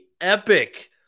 epic